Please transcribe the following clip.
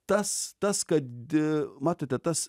tas tas kad i matote tas